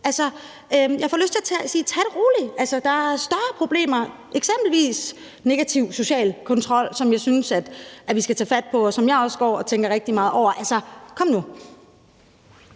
Jeg får lyst til at sige: Tag det roligt! Der er større problemer, eksempelvis negativ social kontrol, som jeg synes vi skal tage fat på, og som jeg også går og tænker rigtig meget over. Kom nu!